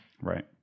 Right